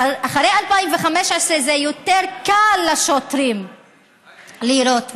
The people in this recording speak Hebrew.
אחרי 2015 יותר קל לשוטרים לירות באנשים,